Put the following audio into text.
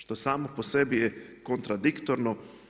Što samo po sebi je kontradiktorno.